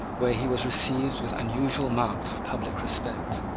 where he was received with unusual marks of public respect.